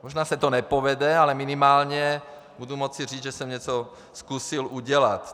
Možná se to nepovede, ale minimálně budu moci říct, že jsem něco zkusil udělat.